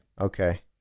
Okay